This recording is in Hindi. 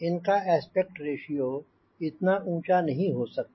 इनका एस्पेक्ट रेश्यो इतना ऊंँचा नहीं हो सकता